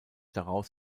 daraus